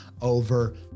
over